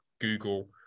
google